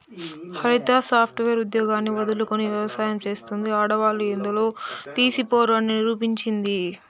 హరిత software ఉద్యోగాన్ని వదులుకొని వ్యవసాయం చెస్తాంది, ఆడవాళ్లు ఎందులో తీసిపోరు అని నిరూపించింది